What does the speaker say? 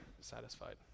satisfied